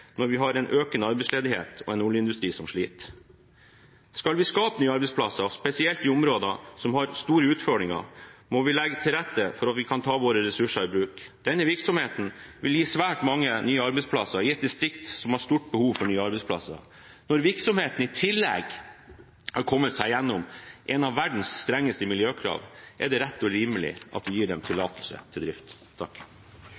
når vi har en økende arbeidsledighet, og en oljeindustri som sliter. Skal vi skape nye arbeidsplasser, spesielt i områder som har store utfordringer, må vi legge til rette for at vi kan ta våre ressurser i bruk. Denne virksomheten vil gi svært mange nye arbeidsplasser i et distrikt som har stort behov for det. Når virksomheten i tillegg har kommet seg gjennom et av verdens strengeste regelverk når det gjelder miljøkrav, er det rett og rimelig at vi gir dem tillatelse til drift.